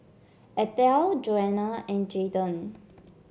Ethel Joana and Jayden